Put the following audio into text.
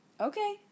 Okay